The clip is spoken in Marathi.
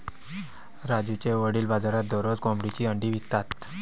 राजूचे वडील बाजारात दररोज कोंबडीची अंडी विकतात